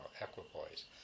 equipoise